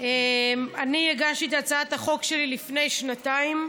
אני הגשתי את הצעת החוק שלי לפני שנתיים.